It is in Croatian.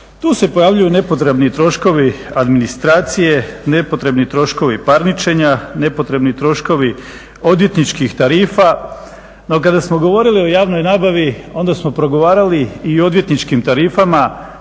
Tu se pojavljuju nepotrebni troškovi administracije, nepotrebni troškovi parničenja, nepotrebni troškovi odvjetničkih tarifa. No, kada smo govorili o javnoj nabavi onda smo progovarali i o odvjetničkim tarifama